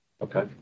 Okay